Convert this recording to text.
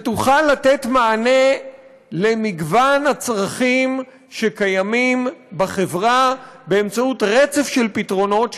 שתוכל לתת מענה למגוון הצרכים שקיימים בחברה באמצעות רצף של פתרונות,